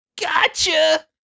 Gotcha